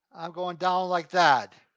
i'm going down like that.